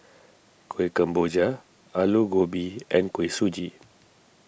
Kueh Kemboja Aloo Gobi and Kuih Suji